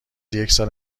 یکسال